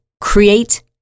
create